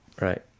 Right